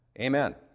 Amen